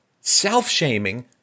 self-shaming